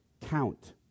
count